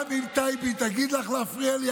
גם אם טייבי תגיד לך להפריע לי,